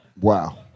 Wow